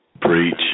Preach